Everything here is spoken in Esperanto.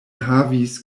havis